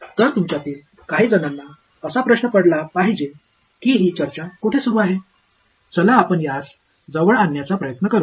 तर तुमच्यातील काहीजणांना असा प्रश्न पडला पाहिजे की ही चर्चा कोठे सुरू आहे चला आपण यास जवळ आणण्याचा प्रयत्न करू